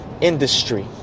Industry